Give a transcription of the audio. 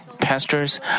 pastors